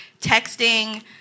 texting